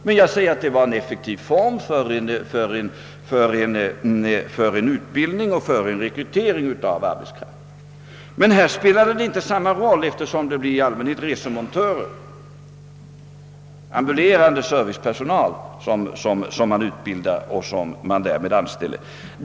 Detta är en effektiv form för utbildning och rekrytering av arbetskraft. Bosättningsorten har dock i detta fall inte samma betydelse, eftersom det i allmänhet blir fråga om resemontörer, d.v.s. ambulerande servicepersonal, som utbildas och därmed anställs.